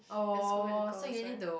as compared to girls right